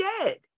dead